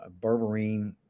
berberine